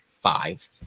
five